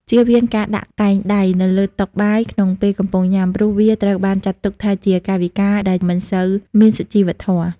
ចៀសវាងការដាក់កែងដៃនៅលើតុបាយក្នុងពេលកំពុងញ៉ាំ ព្រោះវាត្រូវបានចាត់ទុកថាជាកាយវិការដែលមិនសូវមានសុជីវធម៌។